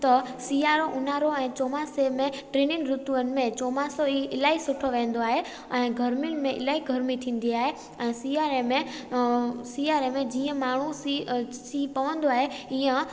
त सिआरो ऊन्हारो ऐं चोमासे में टिननि ॠतुअनि में चोमासे में इलाही सुठो रहंदो आहे ऐं गरमियुनि में इलाही गरमी थींदी आहे ऐं सिआरे में सिआरे में जीअं माण्हू सीउ सीउ पवंदो आहे ईअं